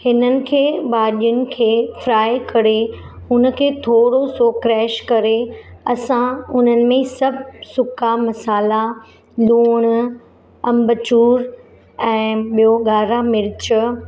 हिननि खे भाॼियुनि खे फ्राए करे हुन खे थोरो सो क्रैश करे असां उन्हनि में सभु सुका मसाल्हा लूणु अंबचूर ऐं ॿियों ॻाढ़ो मिर्चु